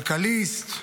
כלכליסט,